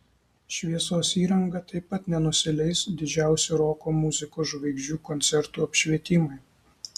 šviesos įranga taip pat nenusileis didžiausių roko muzikos žvaigždžių koncertų apšvietimui